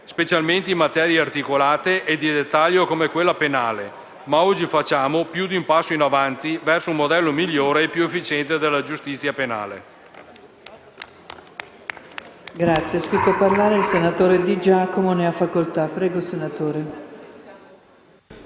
specialmente in materie articolate e di dettaglio come quella penale, ma oggi facciamo più di un passo avanti verso un modello migliore e più efficiente di giustizia penale.